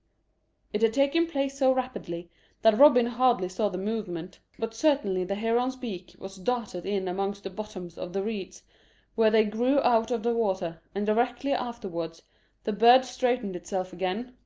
it had taken place so rapidly that robin hardly saw the movement, but certainly the heron's beak was darted in amongst the bottoms of the reeds where they grew out of the water, and directly afterwards the bird straightened itself again,